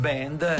Band